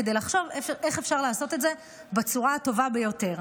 כדי לחשוב איך אפשר לעשות את זה בצורה הטובה ביותר,